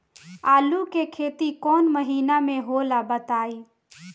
आलू के खेती कौन महीना में होला बताई?